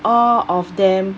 all of them